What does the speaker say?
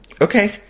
Okay